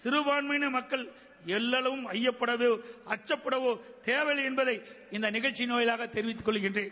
சிறபான்மையின மக்கள் எள்ளளவும் ஐயப்படவோ அச்சப்படவோ தேவையில்லை என்பதை இந்த மிகழ்ச்சியின் வாயிலாக தெரிவித்தக் கொள்கிறேன்